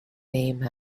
name